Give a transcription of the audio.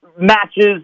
matches